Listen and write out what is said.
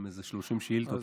עם איזה 30 שאילתות,